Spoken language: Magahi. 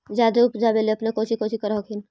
जादे उपजाबे ले अपने कौची कौची कर हखिन?